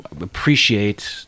appreciate